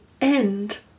end